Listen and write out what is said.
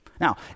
Now